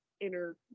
inner